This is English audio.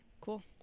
Cool